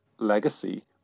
legacy